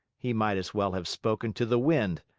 he might as well have spoken to the wind.